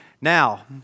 Now